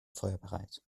feuerbereit